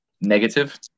negative